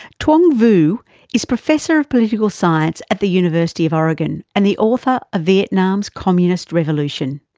tuong vu is professor of political science at the university of oregon and the author of vietnam's communist revolution.